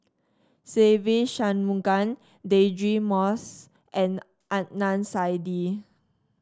Se Ve Shanmugam Deirdre Moss and Adnan Saidi